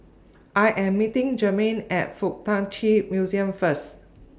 I Am meeting Germaine At Fuk Tak Chi Museum First